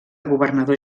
governador